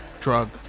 drug